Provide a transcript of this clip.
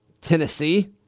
Tennessee